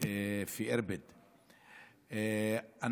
למדעים וטכנולוגיה באירבד ירדן,